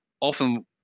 often